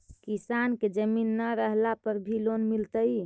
किसान के जमीन न रहला पर भी लोन मिलतइ?